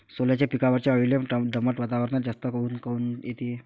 सोल्याच्या पिकावरच्या अळीले दमट वातावरनात जास्त ऊत काऊन येते?